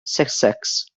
sussex